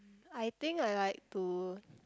I think I like to